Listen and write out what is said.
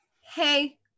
hey